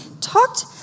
talked